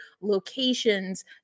locations